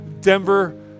Denver